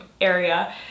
area